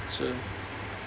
ya so